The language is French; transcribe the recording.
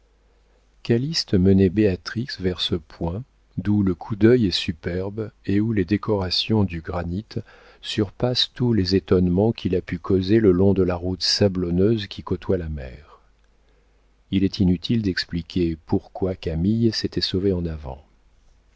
calyste menait béatrix vers ce point d'où le coup d'œil est superbe et où les décorations du granit surpassent tous les étonnements qu'il a pu causer le long de la route sablonneuse qui côtoie la mer il est inutile d'expliquer pourquoi camille s'était sauvée en avant